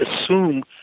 assume